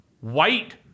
white